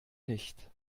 nicht